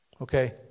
Okay